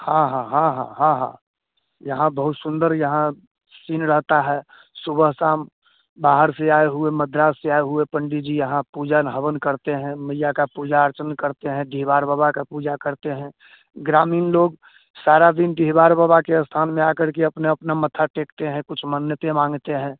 हाँ हाँ हाँ हाँ हाँ हाँ यहाँ बहुत सुंदर यहाँ सीन रहता है सुबह शाम बाहर से आए हुए मद्रास से आए हुए पंडित जी यहाँ पूजन हवन करते हैं मैया की पूजा अर्चना करते हैं डीहबार बाबा की पूजा करते हैं ग्रामीण लोग सारा दिन डीहबार बाबा के स्थान में आ कर के अपना अपना मत्था टेकते हैं कुछ मन्नतें माँगते हैं